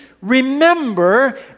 Remember